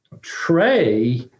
Trey